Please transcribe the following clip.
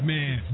Man